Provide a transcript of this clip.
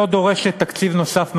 לא דורשת תקציב נוסף מהממשלה.